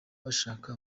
bashaka